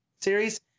series